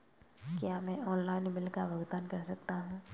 क्या मैं online bill का भुगतान कर सकता हूँ?